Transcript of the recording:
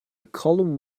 column